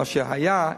מה שהיה,